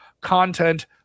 content